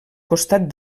costat